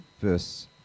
verse